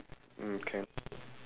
mm can